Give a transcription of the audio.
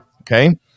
okay